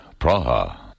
Praha